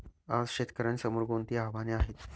आज शेतकऱ्यांसमोर कोणती आव्हाने आहेत?